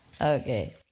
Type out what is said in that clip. Okay